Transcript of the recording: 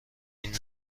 این